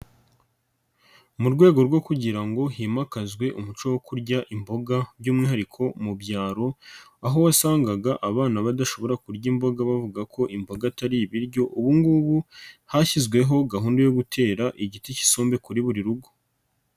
Mu rwego rwo kugira ngo himakazwe umuco wo kurya imboga by'umwihariko mu byaro, aho wasangaga abana badashobora kurya imboga bavuga ko imboga atari ibiryo, ubu ngubu hashyizweho gahunda yo gutera igiti cy'isombe kuri buri rugo.